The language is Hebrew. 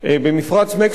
עמיתי חברי הכנסת,